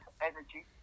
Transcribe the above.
energy